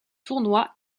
tournoi